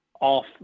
off